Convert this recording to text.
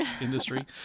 industry